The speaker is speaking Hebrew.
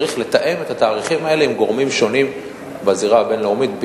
צריך לתאם את התאריכים האלה עם גורמים שונים בזירה הבין-לאומית,